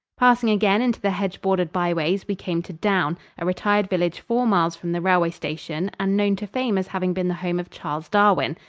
passing again into the hedge-bordered byways, we came to downe, a retired village four miles from the railway station and known to fame as having been the home of charles darwin.